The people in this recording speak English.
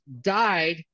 died